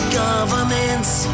government's